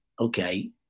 okay